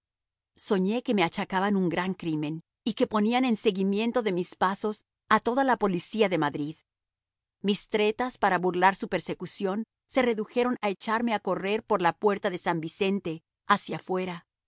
soñé que me achacaban un gran crimen y que ponían en seguimiento de mis pasos a toda la policía de madrid mis tretas para burlar su persecución se redujeron a echarme a correr por la puerta de san vicente hacia fuera